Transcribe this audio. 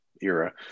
era